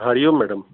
Hari Om madam